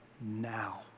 now